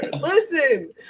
Listen